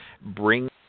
Bring